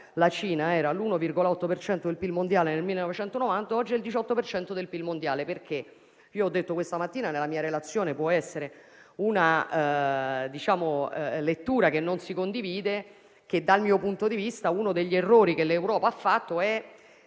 La Cina era all'1,8 per cento del PIL mondiale nel 1990 e oggi è al 18 per cento del PIL mondiale. Ho detto questa mattina nella mia relazione - può essere una lettura che non si condivide - che, dal mio punto di vista, uno degli errori che l'Europa ha fatto è